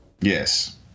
Yes